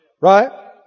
Right